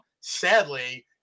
sadly